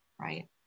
right